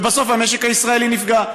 ובסוף המשק הישראלי נפגע.